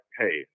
hey